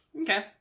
Okay